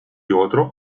otro